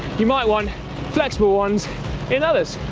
you might want flexible ones in others.